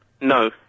No